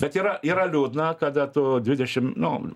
bet yra yra liūdna kada tu dvidešim nu